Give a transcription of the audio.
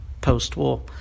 post-war